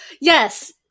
yes